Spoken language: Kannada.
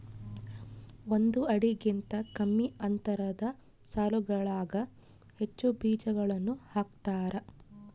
ಒಂದು ಅಡಿಗಿಂತ ಕಮ್ಮಿ ಅಂತರದ ಸಾಲುಗಳಾಗ ಹೆಚ್ಚು ಬೀಜಗಳನ್ನು ಹಾಕ್ತಾರ